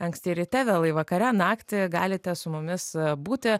anksti ryte vėlai vakare naktį galite su mumis būti